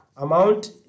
Amount